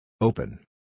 Open